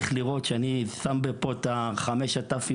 אני קורא לזה "חמש ה-ת'",